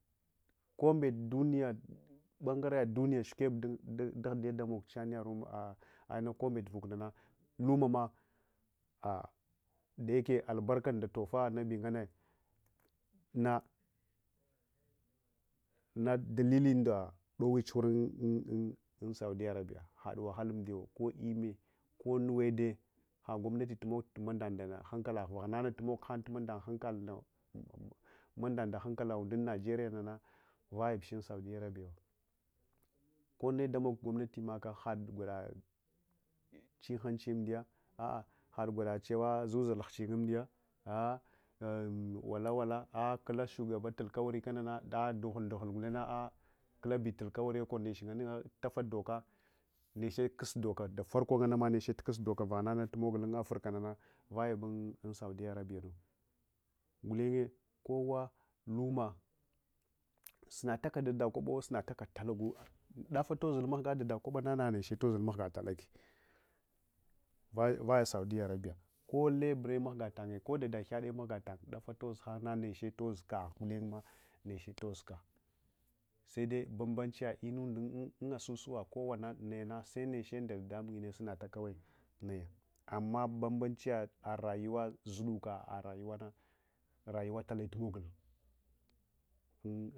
Kombet duniya bangare dunya shukeb dun daghdiya damog sha’ anya ruma ah’ ah inana kombet vukunana lumama ah’ dayake albarkanda tofa annebi nganne nana daluunda dowi chuguurun un un saudiya arabiya had wahala umaiyawo ko lmme konnuwe dai ha gomnati tumog mandang nda hankalagh vahanana moghang mandang unhankal mandang nda hankalaunda un-nigeria nana vayabuch un saudiya arabiya konne damog gumnetmah haka ghagwada chinghanchi amdiya ah ‘ah had gwadachewa zuial huching umdiya ah un wakawala ah’ kulla shugabatul kawari kanana ah dughul dughul nana ah kulabetul kawariku neche nganna vadoka neche kus doka varko nganama neche kus doka vahenana mugul un africana vayabun saudiya arabiyanu gulenye kowa luma suntlaka dadakobawu sunstaka takgawo dafa tozul mahga dadakobona naneche tozul mahgg talake vaya saudiya arabiya ko lebre manga tanye kodada ghade mahga tanye dafa toz henye naneche tozkagh gulengmah neche tozka sede banbanchiya inunda un asusuwa kowana seneche nda dadamung ngunne sunata kawai naya amma banbanchiya rayuwa zuduka rayuwana rayuwa tale tumogul un